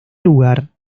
lugar